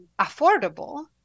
affordable